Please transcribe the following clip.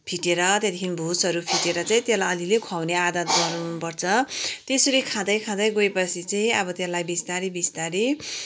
फिटेर त्यहाँदेखि भुसहरू फिटेर चाहिँ त्यसलाई अलिलि खुवाउने आदत गराउनुपर्छ त्यसरी खाँदै खाँदै गएपछि चाहिँ अब त्यसलाई बिस्तारी बिस्तारी